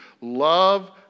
Love